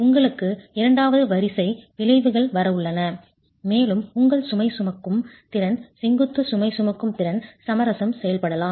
உங்களுக்கு இரண்டாவது வரிசை விளைவுகள் வரவுள்ளன மேலும் உங்கள் சுமை சுமக்கும் திறன் செங்குத்து சுமை சுமக்கும் திறன் சமரசம் செய்யப்படலாம்